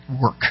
work